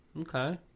okay